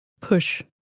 push